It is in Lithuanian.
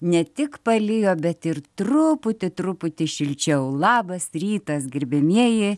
ne tik palijo bet ir truputį truputį šilčiau labas rytas gerbiamieji